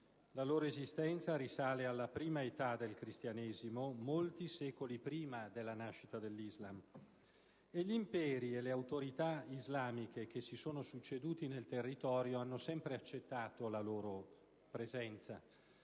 La loro esistenza risale alla prima età del Cristianesimo, molti secoli prima della nascita dell'Islam, e gli imperi e le autorità islamiche che si sono succeduti nel territorio hanno sempre accettato la loro presenza.